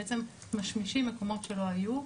בעצם משמישים מקומות שלא היו.